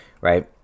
right